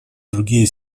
другие